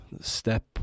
step